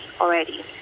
already